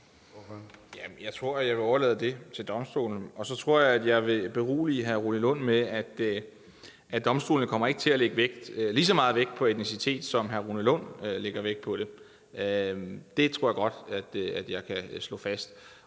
Jeg tror, at jeg vil overlade det til domstolene, og så tror jeg, at jeg vil berolige hr. Rune Lund med, at domstolene ikke kommer til at lægge lige så meget vægt på etnicitet, som hr. Rune Lund gør. Det tror jeg godt at jeg kan slå fast.